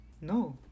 No